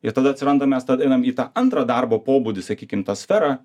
ir tada atsiranda mes tad einam į antrą darbo pobūdį sakykim tą sferą